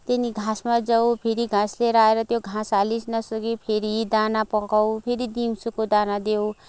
त्यहाँदेखि अनि घाँसमा जाऊ फेरि घाँस लिएर आएर त्यो घाँस हालि नसकि फेरि दाना पकाऊ फेरि दिउँसोको दाना देऊ